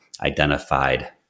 identified